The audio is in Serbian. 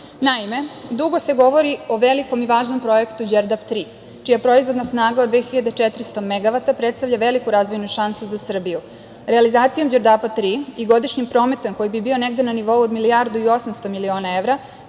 dugo se govori o velikom i važnom projektu „Đerdap 3“, čija proizvodna snaga od 2.400 megavata predstavlja veliku razvojnu šansu za Srbiju. Realizacijom „Đerdapa 3“ i godišnjeg prometa koji bi bio negde na nivou od 1.800.000.000 evra,